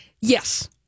Yes